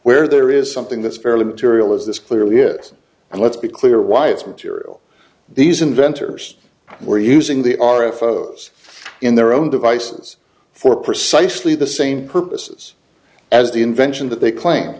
where there is something that's fairly material as this clearly is and let's be clear why it's material these inventors were using the r f o's in their own devices for precisely the same purposes as the invention that they claim